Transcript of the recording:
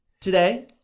Today